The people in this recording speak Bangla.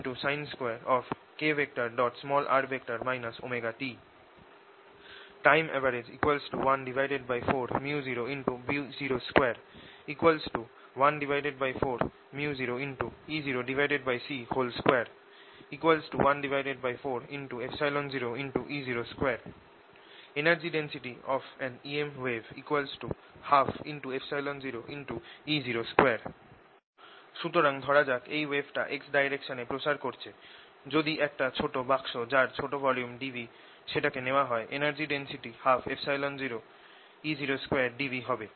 Energy content in magnetic field 12µ0B2 12µ0B02sin2kr ωt Time average 14µ0B02 14µ02 140E02 Energy density of an EM wave 120E02 সুতরাং ধরা যাক এই ওয়েভটা x ডাইরেকশনে প্রসার করছে যদি একটা ছোট বাক্স যার ছোট ভলিউম dv সেটাকে নেওয়া হয় এনার্জি ডেন্সিটি 120E02dv হবে